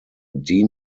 dean